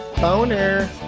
Boner